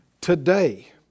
today